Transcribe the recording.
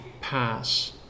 pass